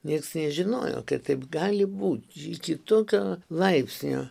nieks nežinojo kad taip gali būt iki tokio laipsnio